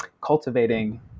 cultivating